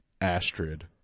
Astrid